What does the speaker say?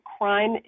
Crime